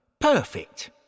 Perfect